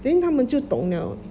then 他们就懂了